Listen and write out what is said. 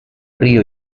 río